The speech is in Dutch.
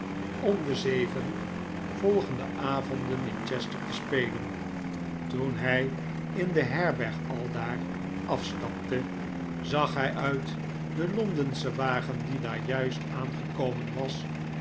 om de zeven volgende avonden in chester te spelen toen hi in de herberg aldaar afstapte zag hi uit den londenschen wagen die daar juist aangekomen was